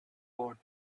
bought